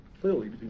Clearly